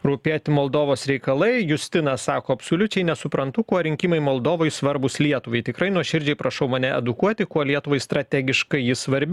rūpėti moldovos reikalai justina sako absoliučiai nesuprantu kuo rinkimai moldovoj svarbūs lietuvai tikrai nuoširdžiai prašau mane edukuoti kuo lietuvai strategiškai ji svarbi